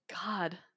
God